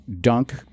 dunk